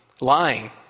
Lying